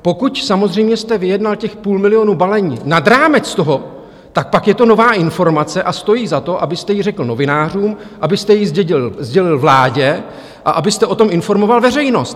Pokud samozřejmě jste vyjednal těch půl milionu balení nad rámec toho, pak je to nová informace a stojí za to, abyste ji řekl novinářům, abyste ji sdělil vládě a abyste o tom informoval veřejnost.